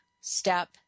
step